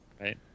Right